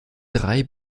drei